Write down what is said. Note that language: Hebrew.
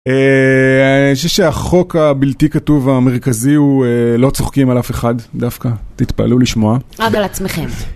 אה, אני חושב שהחוק הבלתי כתוב המרכזי הוא לא צוחקים על אף אחד דווקא, תתפלאו לשמוע. - אבל על עצמכם.